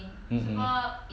mm